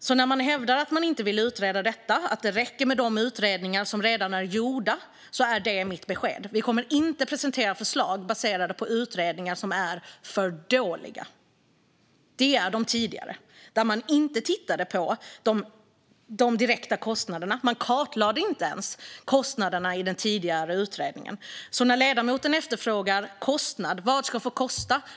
Till den som hävdar att detta inte behöver utredas och att det räcker med de utredningar som redan är gjorda är mitt besked: Vi kommer inte att presentera förslag baserade på dåliga utredningar. Den tidigare utredningen var inte bra. Den kartlade inte ens de direkta kostnaderna. Ledamoten efterfrågar vad som ska få kosta.